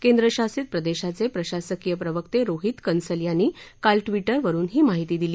केंद्र शासित प्रदक्षीवप्रिशासकीय प्रवर्त जैहित कंसल यांनी काल ट्विटरवरुन ही माहिती दिली